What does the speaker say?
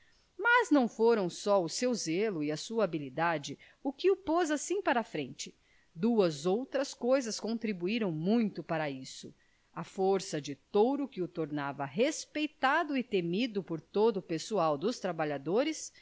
mas não foram só o seu zelo e a sua habilidade o que o pôs assim para a frente duas outras coisas contribuíram muito para isso a força de touro que o tornava respeitado e temido por todo o pessoal dos trabalhadores